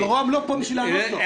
אבל רוה"מ לא פה בשביל לענות לו.